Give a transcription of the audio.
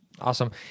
Awesome